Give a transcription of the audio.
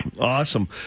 Awesome